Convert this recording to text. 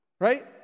Right